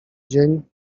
dzień